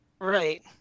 Right